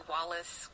Wallace